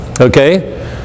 Okay